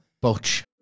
butch